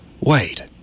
Wait